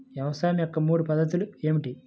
వ్యవసాయం యొక్క మూడు పద్ధతులు ఏమిటి?